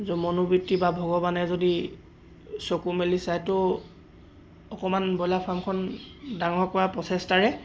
য' মনোবৃত্তি বা ভগৱানে যদি চকু মেলি চাই ত' অকণমান ব্ৰইলাৰ ফাৰ্মখন ডাঙৰ কৰাৰ প্ৰচেষ্টাৰে